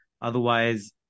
Otherwise